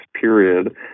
period